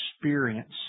experience